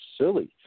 silly